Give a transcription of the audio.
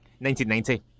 1990